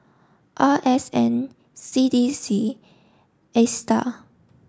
R S N C D C ASTAR